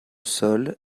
sol